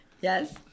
yes